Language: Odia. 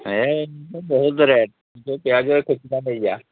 ହେ ଏମିତି ତ ବହୁତ ରେଟ୍ ତୁ ତୋ ପିଆଜ ଖୁଚୁରା ନେଇଯା